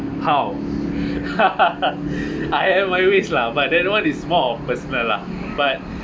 how I have my ways lah but that [one] is more of personal lah but